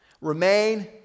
Remain